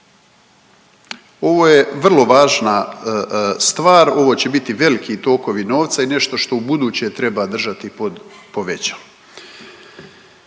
Ovo je vrlo važna stvar, ovo će biti veliki tokovi novca i nešto što ubuduće treba držati pod povećalom.